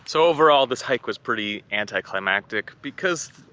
so overall this hike was pretty anticlimactic because,